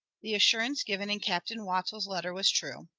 the assurance given in captain wattles's letter was true.